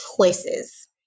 choices